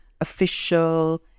official